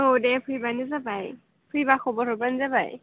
औ दे फैबानो जाबाय फैबा खबर हरबानो जाबाय